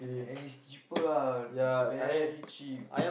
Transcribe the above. and is cheaper ah very cheap